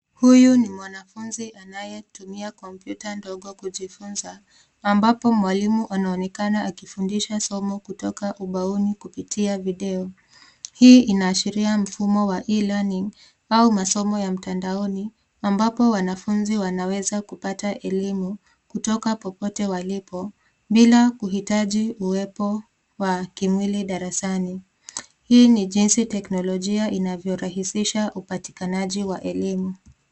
Huyu ni mwanafunzi anayetumia kompyuta ndogo kujifunza ambapo mwalimu anaonekana akifundisha somo kutoka ubaoni kupitia video . Hii inaashiria mfumo wa e-learning au masomo ya mtandaoni ambapo wananafunzi wanaweza kupata elimu kutoka popote walipo bila kuhitaji uwepo wa kimwili darasani. Hii ni jinsi teknolojia inavyo rahisisha upatikanaji wa elimu.